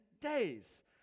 days